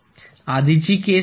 आधीची केस पहा